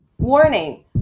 Warning